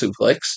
suplex